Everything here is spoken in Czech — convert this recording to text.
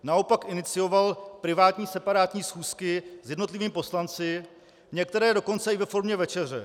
Naopak inicioval privátní, separátní schůzky s jednotlivými poslanci, některé dokonce i ve formě večeře.